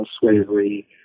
slavery